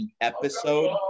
episode